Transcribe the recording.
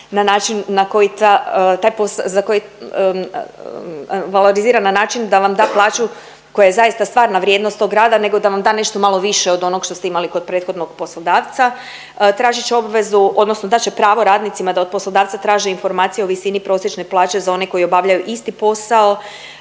na način na koji taj pos… za koji, valorizira na način da vam da plaću koja je zaista stvarna vrijednost tog rada nego da vam da nešto malo više od onog što ste imali kod prethodnog poslodavca. Tražit će obvezu odnosno dat će pravo radnicima da od poslodavca traže informaciju o visini prosječne plaće za one koji obavljaju isti posao.